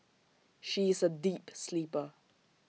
she is A deep sleeper